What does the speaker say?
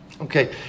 okay